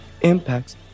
Impacts